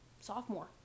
sophomore